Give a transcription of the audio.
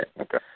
okay